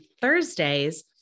Thursdays